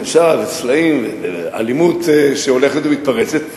אלימות שהולכת ומתפרצת,